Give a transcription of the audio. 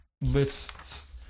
lists